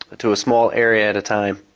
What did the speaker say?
to a small area at a time.